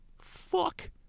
Fuck